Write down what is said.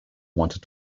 wanted